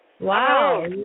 Wow